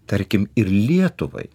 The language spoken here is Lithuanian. tarkim ir lietuvai